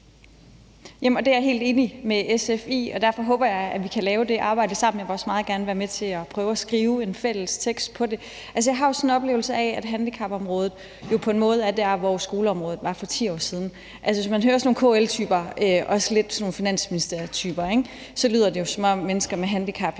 Det er jeg helt enig med SF i, og derfor håber jeg, at vi kan lave det arbejde sammen. Jeg vil også meget gerne være med til at prøve at skrive en fælles tekst på det. Jeg har en oplevelse af, at handicapområdet på en måde er der, hvor skoleområdet var for 10 år siden. Hvis man hører sådan nogle KL-typer, også lidt sådan nogle finansministerietyper, lyder det, som om mennesker med handicap